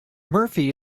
murphy